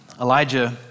Elijah